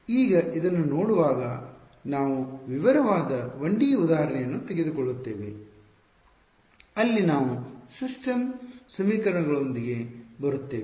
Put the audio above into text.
ಈಗ ಇದನ್ನು ನೋಡುವಾಗ ನಾವು ವಿವರವಾದ 1ಡಿ ಉದಾಹರಣೆಯನ್ನು ತೆಗೆದುಕೊಳ್ಳುತ್ತೇವೆ ಅಲ್ಲಿ ನಾವು ಸಿಸ್ಟಮ್ ಸಮೇಕರಣಗಳೋದಿಗೆ ಬರುತ್ತೇವೆ